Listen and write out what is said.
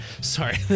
Sorry